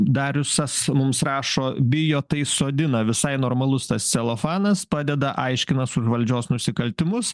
darius es mums rašo bijo tai sodina visai normalus tas celofanas padeda aiškinas už valdžios nusikaltimus